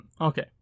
okay